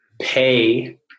pay